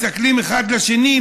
מסתכלים אחד על השני,